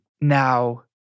Now